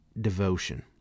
devotion